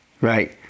Right